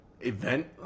event